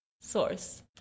source